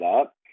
up